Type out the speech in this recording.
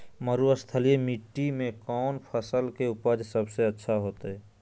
मरुस्थलीय मिट्टी मैं कौन फसल के उपज सबसे अच्छा होतय?